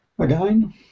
again